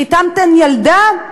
חיתנתם ילדה?